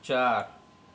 चार